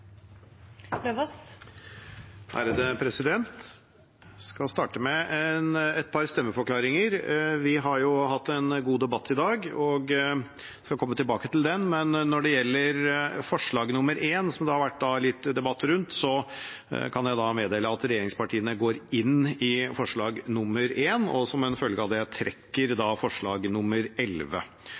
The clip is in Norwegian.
skal starte med et par stemmeforklaringer. Vi har hatt en god debatt i dag – jeg skal komme tilbake til den. Når det gjelder forslag nr. 1, som det har vært litt debatt om, kan jeg meddele at regjeringspartiene går inn i det, og som en følge av det trekker vi forslag